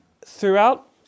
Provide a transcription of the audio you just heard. throughout